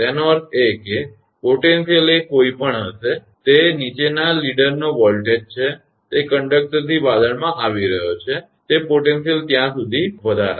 તેનો અર્થ એ કે પોટેન્શિયલ એ કોઇ પણ હશે તે નીચેના લીડરનો વોલ્ટેજ છે તે કંડકટરથી વાદળમાં આવી રહ્યો છે તે પોટેન્શિયલ ત્યાં સુધી વધારશે